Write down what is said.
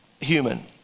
human